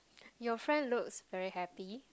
your friend looks very happy